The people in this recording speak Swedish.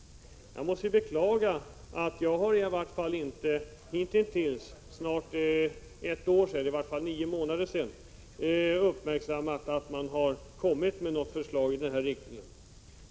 Jag måste beklaga att jag på de nio månader som har gått inte har uppmärksammat att man kommit med något förslag i den riktningen.